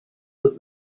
that